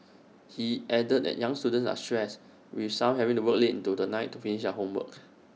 he added that young students are stressed with some having to work late into the night to finish their homework